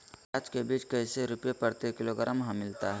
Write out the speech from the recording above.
प्याज के बीज कैसे रुपए प्रति किलोग्राम हमिलता हैं?